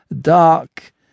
dark